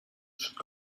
should